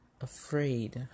afraid